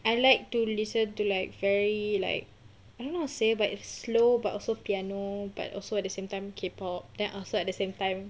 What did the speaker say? I like to listen to like very like I don't know how to say but slow but also piano but also at the same time K pop then also at the same time